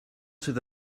sydd